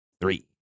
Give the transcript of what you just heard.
three